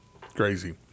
crazy